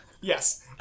yes